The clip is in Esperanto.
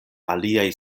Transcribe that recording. aliaj